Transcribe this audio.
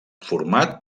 format